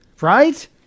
right